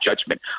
judgment